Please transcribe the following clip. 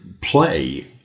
play